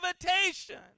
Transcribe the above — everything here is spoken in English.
invitation